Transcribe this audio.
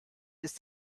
ist